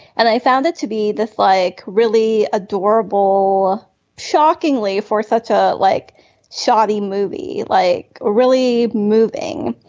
and i found it to be this like really adorable shockingly for such a like shoddy movie like really moving.